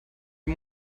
die